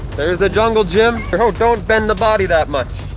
there's the jungle gym. oh don't bend the body that much